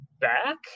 back